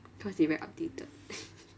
cause they very updated